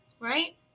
Right